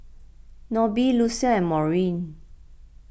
Nobie Lucile and Maureen